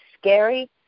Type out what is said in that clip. scary